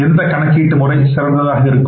எந்த கணக்கீட்டு முறை சிறந்ததாக இருக்கும்